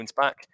back